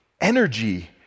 energy